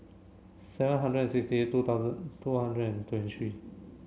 seven hundred and sixty eight two thousand two hundred and twenty three